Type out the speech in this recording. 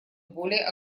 более